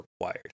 required